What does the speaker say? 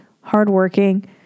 hardworking